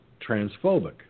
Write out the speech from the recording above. transphobic